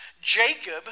Jacob